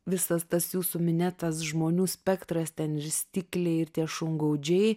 visas tas jūsų minėtas žmonių spektras ten ir stikliai ir tie šungaudžiai